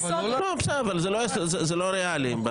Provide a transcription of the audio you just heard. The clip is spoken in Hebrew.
זה לא ריאלי,